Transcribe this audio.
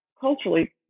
culturally